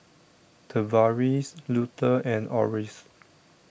Tavaris Luther and Orris